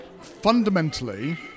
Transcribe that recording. fundamentally